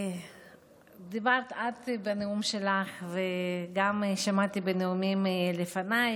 דיברת בנאום שלך וגם שמעתי בנאומים לפנייך